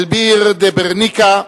סויאפה אלוויר דה ברניקה,